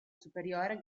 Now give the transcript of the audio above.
superiore